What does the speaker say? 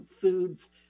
foods